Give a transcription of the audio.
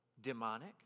demonic